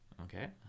okay